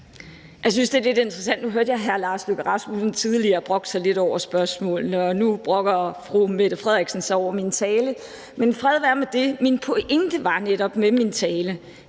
Jeg synes, det er lidt interessant. Nu hørte jeg hr. Lars Løkke Rasmussen tidligere brokke sig lidt over spørgsmålene, og nu brokker fru Mette Frederiksen sig over min tale. Men fred være med det. Min pointe med min tale